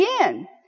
again